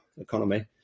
economy